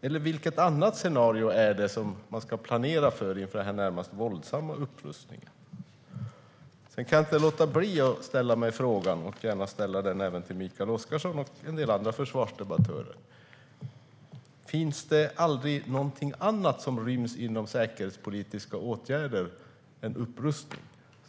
Eller vilket annat scenario är det man ska planera för inför denna närmast våldsamma upprustning? Jag kan inte låta bli att ställa mig en fråga. Jag vill gärna ställa den även till Mikael Oscarsson och en del andra försvarsdebattörer. Finns det aldrig någonting annat än upprustning som ryms inom säkerhetspolitiska åtgärder?